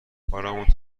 کارامون